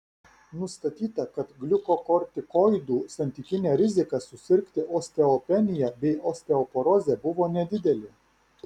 nustatyta kad gliukokortikoidų santykinė rizika susirgti osteopenija bei osteoporoze buvo nedidelė